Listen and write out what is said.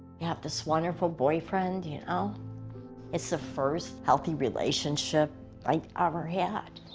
have this wonderful boyfriend. you know it's the first healthy relationship i've ever had.